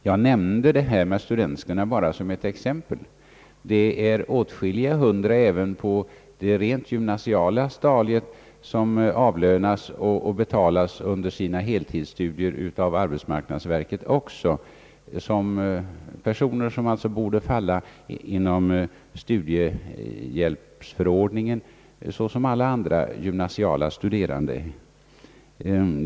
Jag anförde alltså dessa studentskor enbart såsom ett exempel. Det finns åtskilliga hundra personer även på det rent gymnasiala stadiet, som avlönas och betalas av arbetsmarknadsverket under sina heltidsstudier, också sådana som alltså borde falla under studiehjälpsförordningen såsom alla andra gymnasiala studerande.